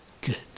good